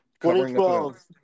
2012